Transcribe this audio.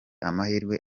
amahirwe